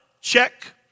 check